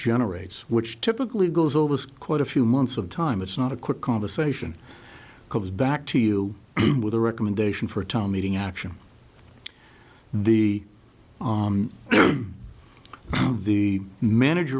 generates which typically goes over quite a few months of time it's not a quick conversation comes back to you with a recommendation for a town meeting action the the manager